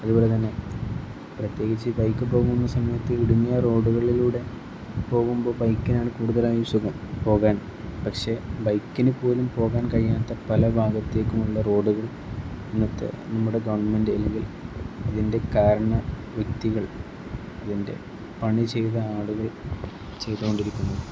അതുപോലെത്തന്നെ പ്രത്യേകിച്ച് ബൈക്ക് പോകുന്ന സമയത്ത് ഇടുങ്ങിയ റോഡുകളിലൂടെ പോകുമ്പോൾ ബൈക്കിനാണ് കൂടുതലായി സുഖം പോകാൻ പക്ഷെ ബൈക്കിന് പോലും പോകാൻ കഴിയാത്ത പല ഭാഗത്തേക്കുമുള്ള റോഡുകൾ ഇന്നത്തെ നമ്മുടെ ഗവൺമെൻറ് അല്ലെങ്കിൽ അതിൻ്റെ കാരണം വ്യക്തികൾ അതിൻ്റെ പണി ചെയ്ത ആളുകൾ ചെയ്തുകൊണ്ടിരിക്കുന്നു